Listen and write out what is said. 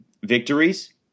Victories